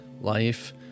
life